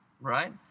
right